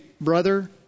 brother